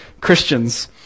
Christians